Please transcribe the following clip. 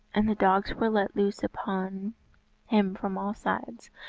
and the dogs were let loose upon him from all sides.